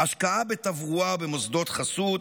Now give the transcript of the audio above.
השקעה בתברואה ובמוסדות חסות,